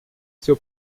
seu